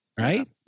Right